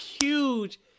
huge